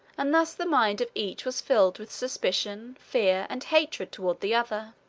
and thus the mind of each was filled with suspicion, fear, and hatred toward the other.